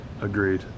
Agreed